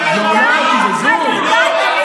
לא קוזזו?